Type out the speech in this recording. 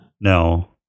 No